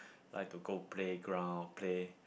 like to go playground play